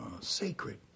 sacred